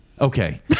Okay